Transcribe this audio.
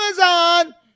Amazon